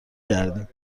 کردیم